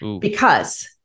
because-